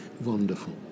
wonderful